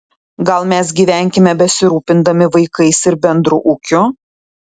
gal mes gyvenkime besirūpindami vaikais ir bendru ūkiu